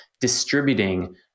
distributing